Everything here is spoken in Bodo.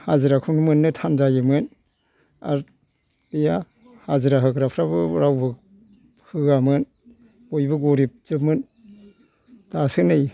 हाजिराखौनो मोन्नो थान जायोमोन आरो गैया हाजिरा होग्राफ्राबो रावबो होआमोन बयबो गरिब जोबमोन